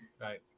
Right